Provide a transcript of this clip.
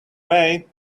way